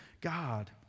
God